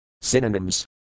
Synonyms